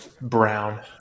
brown